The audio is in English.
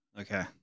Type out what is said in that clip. Okay